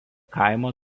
kaimo